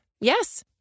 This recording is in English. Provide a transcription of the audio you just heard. Yes